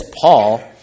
Paul